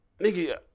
nigga